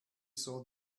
saw